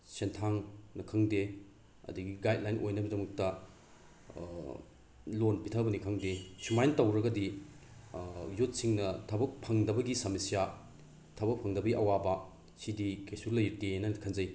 ꯁꯦꯟꯊꯥꯡꯅ ꯈꯪꯗꯦ ꯑꯗꯒꯤ ꯒꯥꯏꯠꯂꯥꯏꯟ ꯑꯣꯏꯅꯕꯒꯤꯗꯃꯛꯇ ꯂꯣꯟ ꯄꯤꯊꯕꯅꯤ ꯈꯪꯗꯦ ꯁꯨꯃꯥꯏꯅ ꯇꯧꯔꯒꯗꯤ ꯌꯨꯠꯁꯤꯡꯅ ꯊꯕꯛ ꯐꯪꯗꯕꯒꯤ ꯁꯃꯁ꯭ꯌꯥ ꯊꯕꯛ ꯐꯪꯗꯕꯒꯤ ꯑꯋꯥꯕ ꯁꯤꯗꯤ ꯀꯩꯁꯨ ꯂꯩꯇꯦꯅ ꯈꯟꯖꯩ